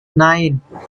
nine